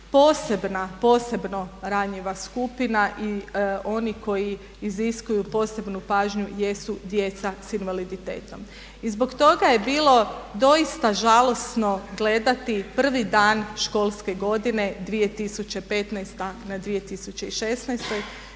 Posebna, posebno ranjiva skupina i oni koji iziskuju posebnu pažnju jesu djeca s invaliditetom. I zbog toga je bilo doista žalosno gledati prvi dan školske godine 2015. na 2016. kad